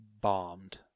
bombed